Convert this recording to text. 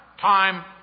Time